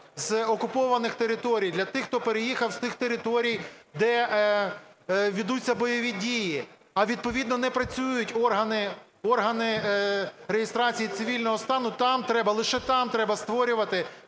з окупованих територій, для тих, хто переїхав з тих територій, де ведуться бойові дії, а відповідно не працюють органи реєстрації цивільного стану, там треба, лише там треба створювати